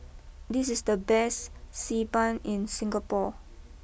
this is the best Xi Ban in Singapore